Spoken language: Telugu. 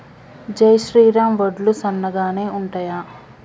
జై శ్రీరామ్ వడ్లు సన్నగనె ఉంటయా?